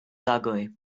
ugly